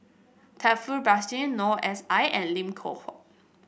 Taufik Batisah Noor S I and Lim Loh Huat